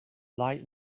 light